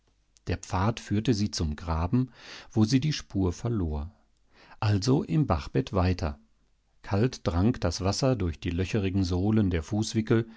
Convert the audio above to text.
der pfad führte sie zum graben wo sie die spur verlor also im bachbett weiter kalt drang das wasser durch die löcherigen sohlen der fußwickel